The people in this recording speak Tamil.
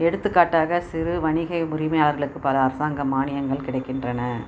எடுத்துக்காட்டாக சிறு வணிக உரிமையாளர்களுக்கு பல அரசாங்க மானியங்கள் கிடைக்கின்றன